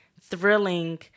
thrilling